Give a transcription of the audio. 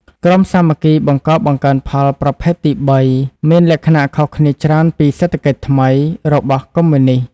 ក្រុមសាមគ្គីបង្កបង្កើនផលប្រភេទទី៣ មានលក្ខណៈខុសគ្នាច្រើនពី "សេដ្ឋកិច្ចថ្មី" របស់កុម្មុយនិស្ត។